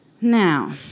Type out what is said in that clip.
Now